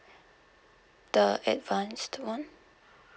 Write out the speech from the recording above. the advanced [one]